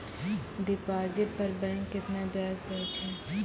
Deposit पर bank केतना ब्याज दै छै?